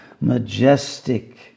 majestic